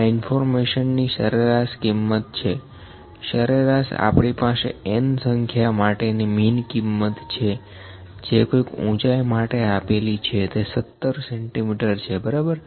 આ ઇન્ફોર્મેશન ની સરેરાશ કીમત છે સરેરાશ આપણી પાસે n સંખ્યા માટેની મીન કિંમત છે જે કોઈક ઉંચાઇ માટે આપેલી છે તે 17 સેન્ટીમીટર છે બરાબર